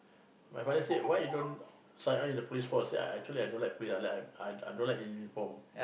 my father say why you don't sign on in the Police Force I say I actually don't like police I don't like in uniform